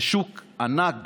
זה שוק ענק,